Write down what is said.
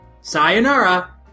Sayonara